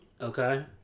okay